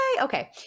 Okay